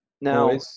Now